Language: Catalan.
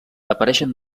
apareixen